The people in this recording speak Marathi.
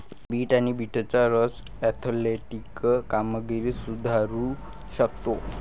बीट आणि बीटचा रस ऍथलेटिक कामगिरी सुधारू शकतो